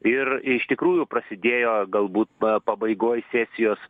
ir iš tikrųjų prasidėjo galbūt pabaigoj sesijos